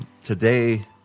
today